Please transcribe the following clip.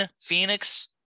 phoenix